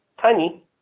Tiny